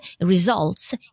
results